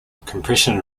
compression